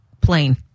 plain